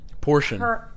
portion